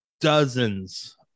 dozens